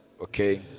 okay